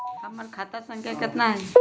हमर खाता संख्या केतना हई?